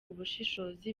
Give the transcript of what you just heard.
ubushishozi